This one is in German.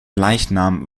leichnam